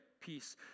peace